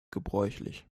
gebräuchlich